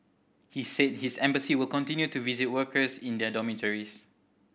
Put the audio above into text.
he said his embassy will continue to visit workers in their dormitories